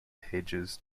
hedges